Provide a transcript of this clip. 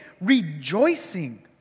rejoicing